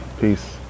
Peace